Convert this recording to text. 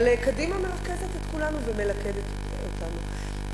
אבל קדימה מרכזת את כולנו ומלכדת אותנו,